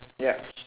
ya